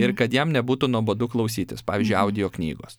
ir kad jam nebūtų nuobodu klausytis pavyzdžiui audioknygos